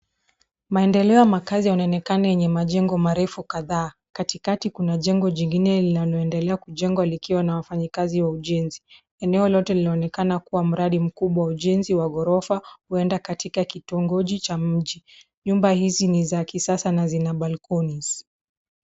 Maendeleo ya makazi yanaonekana yenye majengo marefu kadhaa. Katikati kuna jengo jingine linaloendelea kujengwa likiwa na wafanyikazi wa ujenzi. Eneo lote linaonekana kuwa mradi mkubwa wa ujenzi wa ghorofa, huenda katika kitongoji cha mji. Nyumba hizi ni za kisasa na zina balconies .